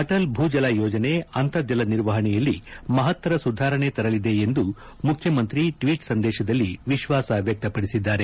ಅಟಲ್ ಭೂಜಲ ಯೋಜನೆ ಅಂತರ್ಜಲ ನಿರ್ವಹಣೆಯಲ್ಲಿ ಮಹತ್ತರ ಸುಧಾರಣೆ ತರಲಿದೆ ಎಂದು ಮುಖ್ಯಮಂತ್ರಿ ಟ್ವೀಟ್ ಸಂದೇಶದಲ್ಲಿ ವಿಶ್ವಾಸ ವ್ಯಕ್ತಪಡಿಸಿದ್ದಾರೆ